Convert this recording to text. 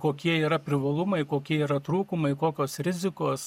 kokie yra privalumai kokie yra trūkumai kokios rizikos